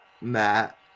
matt